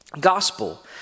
gospel